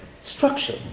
Structure